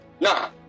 Now